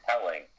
telling